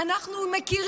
אנחנו כבר יודעים את זה,